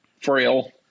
frail